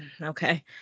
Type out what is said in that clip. Okay